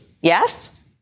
Yes